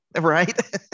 right